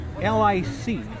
L-I-C